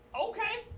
Okay